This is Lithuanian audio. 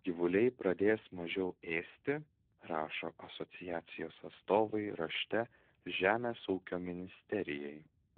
ar gyvuliai pradės mažiau ėsti rašo asociacijos atstovai rašte žemės ūkio ministerijai